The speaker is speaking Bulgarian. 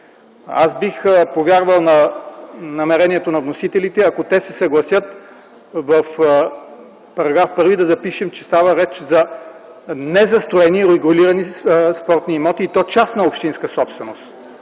Аз бих повярвал на намерението на вносителите, ако те се съгласят да запишем в § 1, че става реч за незастроени урегулирани спортни имоти, и то частна общинска и държавна собственост.